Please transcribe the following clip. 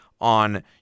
on